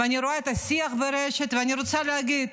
אני רואה את השיח ברשת ואני רוצה להגיד: